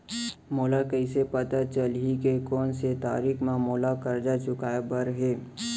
मोला कइसे पता चलही के कोन से तारीक म मोला करजा चुकोय बर हे?